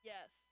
Yes